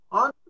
on